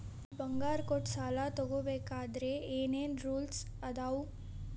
ಬಂಗಾರ ಕೊಟ್ಟ ಸಾಲ ತಗೋಬೇಕಾದ್ರೆ ಏನ್ ಏನ್ ರೂಲ್ಸ್ ಅದಾವು?